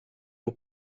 aux